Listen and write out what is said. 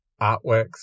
artworks